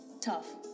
tough